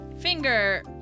finger